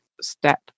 Step